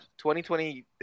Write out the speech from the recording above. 2020